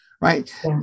right